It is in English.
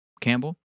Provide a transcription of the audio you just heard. Campbell